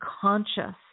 conscious